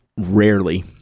rarely